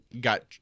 got